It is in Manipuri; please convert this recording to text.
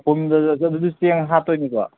ꯃꯄꯨꯝꯗꯣ ꯑꯗꯨꯁꯨ ꯆꯦꯡ ꯍꯥꯞꯇꯣꯏꯅꯤꯀꯣ